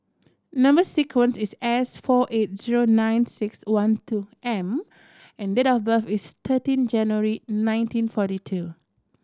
number sequence is S four eight zero nine six one two M and date of birth is thirteen January nineteen forty two